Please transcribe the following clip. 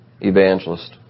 evangelist